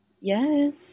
Yes